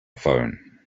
phone